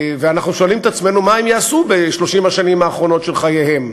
אנחנו שואלים את עצמנו: מה הם יעשו ב-30 השנים האחרונות של חייהם?